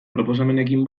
proposamenekin